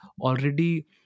already